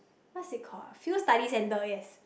what it's called ah field studies center yes